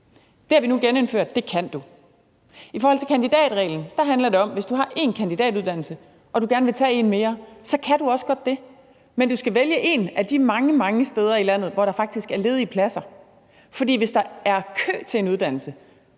Det har vi nu genindført at man kan. I forhold til kandidatreglen handler det om, at hvis du har en kandidatuddannelse og du gerne vil tage en mere, kan du også godt det, men du skal vælge et af de mange, mange steder i landet, hvor der faktisk er ledige pladser. For hvis der er kø til en uddannelse,